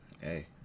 Hey